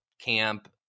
camp